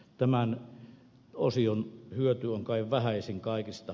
tämän osion hyöty on kai vähäisin kaikista